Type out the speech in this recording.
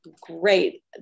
Great